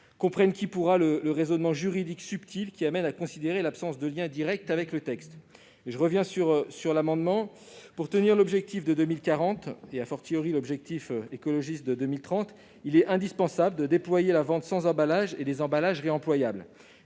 Comprenne qui pourra le raisonnement juridique subtil amenant à considérer l'absence de lien direct avec l'objet du projet de loi ... Pour tenir l'objectif de 2040, et l'objectif écologiste de 2030, il est indispensable de déployer la vente sans emballage et les emballages réemployables.